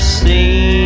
see